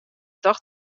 tocht